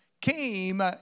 came